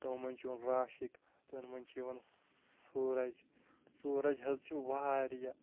تِمَن منٛز چھُ یِوان راشِک تِمَن منٛز چھُ یِوان سوٗرَج سوٗرَج حظ چھِ واریاہ